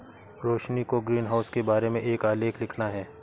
रोशिनी को ग्रीनहाउस के बारे में एक आलेख लिखना है